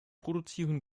produzieren